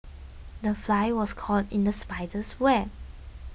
the fly was caught in the spider's web